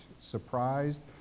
surprised